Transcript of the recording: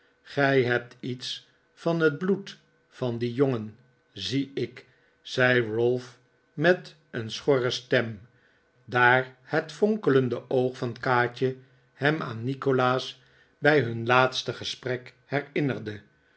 gij hebt iets van het bloed van dien jongen zie ik zei ralph met een schorre stem daar het fonkelende oog van kaatje hem aan nikolaas bij hun laatste gesprek herinnerde